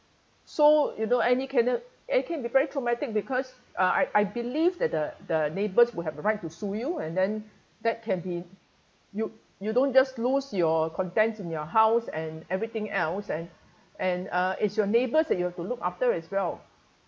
so you don't any can~ it can be very traumatic because uh I I believe that the the neighbours will have the right to sue you and then that can be you you don't just lose your content in your house and everything else and and uh it's your neighbours that you have to look after as well